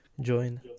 join